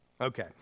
Okay